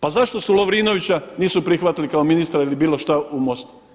Pa zašto su Lovrinovića nisu prihvatili kao ministra ili bilo šta u MOST-u?